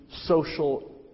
social